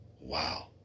Wow